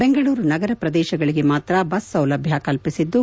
ಬೆಂಗಳೂರು ನಗರ ಪ್ರದೇಶಗಳಿಗೆ ಮಾತ್ರ ಬಸ್ ಸೌಲಭ್ಞ ಕಲ್ಪಿಸಿದ್ದು